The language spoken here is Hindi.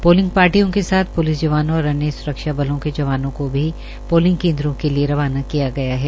पोलिंग पाटियों के साथ पुलिस जवानों और अन्य सुरक्षा बलों के जवानों को भी पोलिंग केन्द्रों के लिए रवाना किया गया है